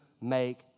make